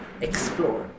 explore